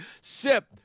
Sip